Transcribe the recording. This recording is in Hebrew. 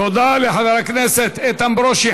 תודה לחבר הכנסת איתן ברושי.